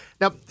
Now